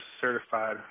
certified